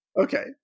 Okay